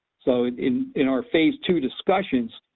so in in our phase two discussions,